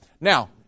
Now